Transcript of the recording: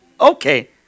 okay